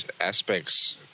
aspects